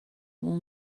اون